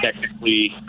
technically